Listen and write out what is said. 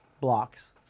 blocks